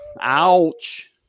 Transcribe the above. Ouch